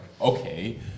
okay